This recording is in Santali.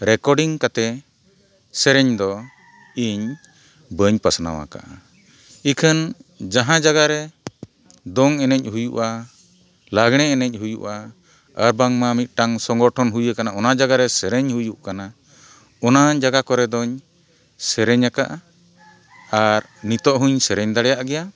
ᱨᱮᱠᱚᱨᱰᱤᱝ ᱠᱟᱛᱮ ᱥᱮᱨᱮᱧ ᱫᱚ ᱤᱧ ᱵᱟᱹᱧ ᱯᱟᱥᱱᱟᱣ ᱟᱠᱟᱫᱼᱟ ᱮᱱᱠᱷᱟᱱ ᱡᱟᱦᱟᱸ ᱡᱟᱭᱜᱟ ᱨᱮ ᱫᱚᱝ ᱮᱱᱮᱡ ᱦᱩᱭᱩᱜᱼᱟ ᱞᱟᱜᱽᱬᱮ ᱮᱱᱮᱡ ᱦᱩᱭᱩᱜᱼᱟ ᱟᱨ ᱵᱟᱝᱢᱟ ᱢᱤᱫᱴᱟᱝ ᱥᱚᱝᱜᱚᱴᱷᱚᱱ ᱦᱩᱭ ᱟᱠᱟᱱᱟ ᱚᱱᱟ ᱡᱟᱭᱜᱟ ᱨᱮ ᱥᱮᱨᱮᱧ ᱦᱩᱭᱩᱜ ᱠᱟᱱᱟ ᱚᱱᱟ ᱡᱟᱭᱜᱟ ᱠᱚᱨᱮ ᱫᱚᱧ ᱥᱮᱨᱮᱧ ᱟᱠᱟᱫᱼᱟ ᱟᱨ ᱱᱤᱛᱳᱜ ᱦᱚᱸᱧ ᱥᱮᱨᱮᱧ ᱫᱟᱲᱮᱭᱟᱜ ᱜᱮᱭᱟ